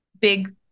big